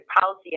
policy